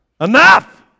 Enough